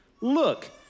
look